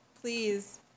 Please